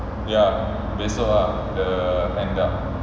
ya esok ah the panda